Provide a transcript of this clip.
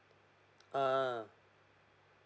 uh